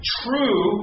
true